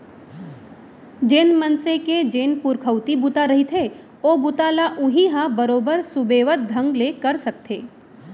जेन मनसे के जेन पुरखउती बूता रहिथे ओ बूता ल उहीं ह बरोबर सुबेवत ढंग ले कर सकथे